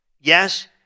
Yes